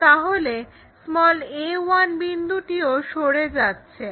তাহলে a1 বিন্দুটিও সরে যাচ্ছে